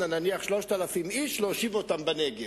נניח מרעננה, 3,000 איש ולהושיב אותם בנגב?